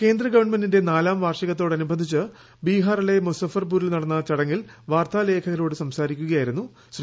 കേന്ദ്രഗവൺമെന്റിന്റെ നാലാം വാർഷികത്തോടനുബന്ധിച്ച് ബീഹാറിലെ മുസഫർപ്പൂരിൽ നടന്ന ചടങ്ങിൽ വാർത്താലേഖകരോട് സംസാരിക്കുകയായിരുന്നു ശ്രീ